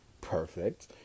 perfect